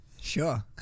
Sure